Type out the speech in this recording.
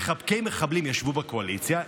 מחבקי מחבלים ישבו בקואליציה.